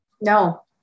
No